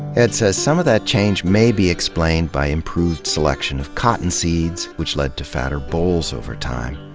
ed says some of that change may be explained by improved selection of cotton seeds, which led to fatter bolls over time.